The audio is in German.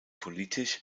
politisch